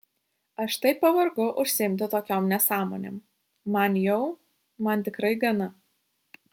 aš taip pavargau užsiimti tokiom nesąmonėm man jau man tikrai gana